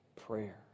prayer